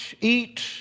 eat